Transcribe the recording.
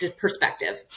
perspective